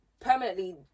permanently